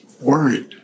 worried